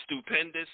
stupendous